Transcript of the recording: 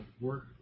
work